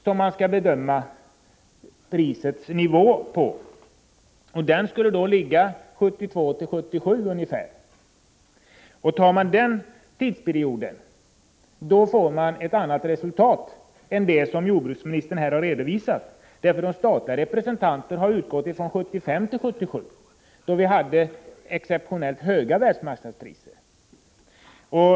Den perioden skulle ungefär omfatta tiden 1972-1977. Utgår man från denna tidsperiod kommer man till ett annat resultat än det som jordbruksministern här har redovisat, för de statliga representanterna har ju utgått från tiden 1975-1977, då det var exceptionellt låga världsmarknadspri 111 ser.